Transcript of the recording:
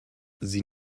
sie